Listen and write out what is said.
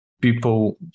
people